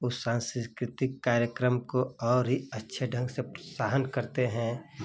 उस सांस्कृतिक कार्यक्रम को और ही अच्छे ढंग से प्रोत्साहन करते हैं